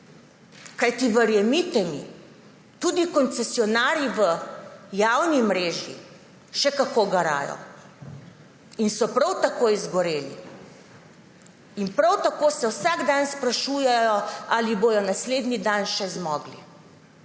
več.« Verjemite mi, tudi koncesionarji v javni mreži še kako garajo in so prav tako izgoreli in se prav tako vsak dan sprašujejo, ali bodo naslednji dan še zmogli.